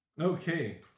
Okay